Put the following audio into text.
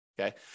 okay